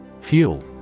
Fuel